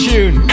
Tune